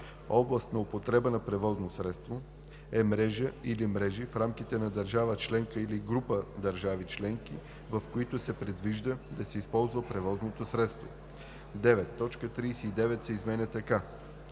„Област на употреба на превозно средство“ е мрежа или мрежи в рамките на държава членка или група държави членки, в които се предвижда да се използва превозното средство.“ 9. Точка 39 се изменя така: